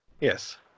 Yes